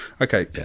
Okay